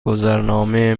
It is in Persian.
گذرنامه